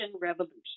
Revolution